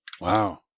wow